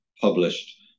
published